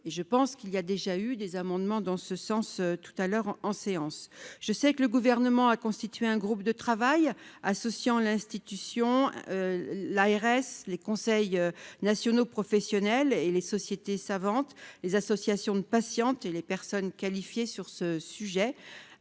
je pense qu'il y a déjà eu des amendements dans ce sens, tout à l'heure en séance, je sais que le gouvernement a constitué un groupe de travail associant l'institution, l'ARS, les conseils nationaux professionnels et les sociétés savantes, les associations de patientes et les personnes qualifiées sur ce sujet,